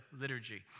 liturgy